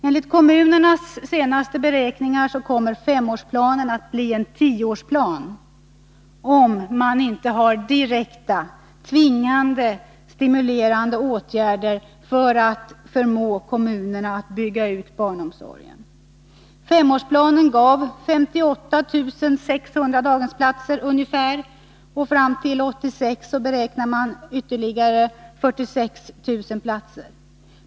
Enligt kommunernas senaste beräkningar kommer femårsplanen att bli en tioårsplan, om man inte vidtar direkta, tvingande eller stimulerande åtgärder, för att förmå kommunerna att bygga ut barnomsorgen. Femårsplanen gav ungefär 58 600 daghemsplatser, och fram till 1986 räknar man med ytterligare 46 000 platser.